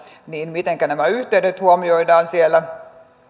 mitenkä nämä yhteydet huomioidaan siellä